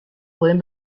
pueden